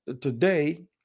today